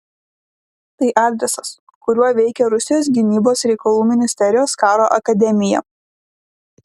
tai adresas kuriuo veikia rusijos gynybos reikalų ministerijos karo akademija